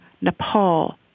Nepal